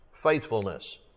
faithfulness